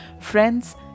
friends